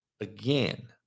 Again